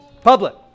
public